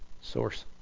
Source